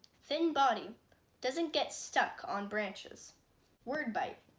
thin body doesn't get stuck on branches word bite